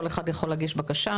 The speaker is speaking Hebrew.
כל אחד יכול להגיש בקשה.